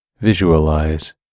visualize